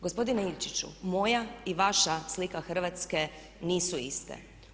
Gospodine Ilčiću moja i vaša slika Hrvatske nisu iste.